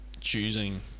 choosing